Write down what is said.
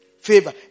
favor